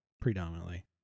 predominantly